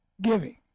giving